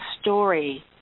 story